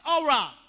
aura